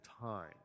time